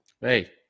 hey